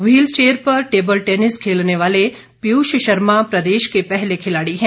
wheel chair पर table tennis खेलने वाले पीयूष शर्मा प्रदेश के पहले खिलाड़ी है